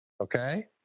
Okay